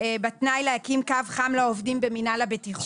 בתנאי להקים קו חם לעובדים במינהל הבטיחות.